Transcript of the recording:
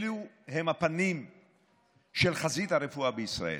אלו הם הפנים של חזית הרפואה בישראל.